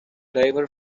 diver